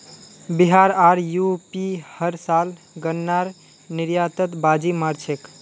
बिहार आर यू.पी हर साल गन्नार निर्यातत बाजी मार छेक